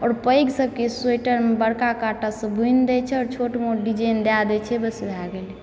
आओर पैघ सभके स्वेटरमे बड़का काँटासँ बुनि दैत छै आओर छोट मोट डिजाइन दए दै छै बस भए गेलय